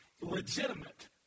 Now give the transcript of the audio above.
legitimate